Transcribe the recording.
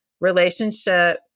Relationship